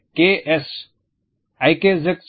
S Isaacs K